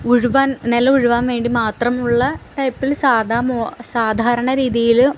ഉഴുവാൻ നിലം ഉഴുവാൻവേണ്ടി മാത്രമുള്ള ടൈപ്പിൽ സാധാരണ രീതിയില്